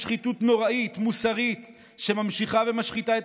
לשחיתות מוסרית נוראית שממשיכה ומשחיתה את